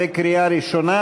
בקריאה ראשונה.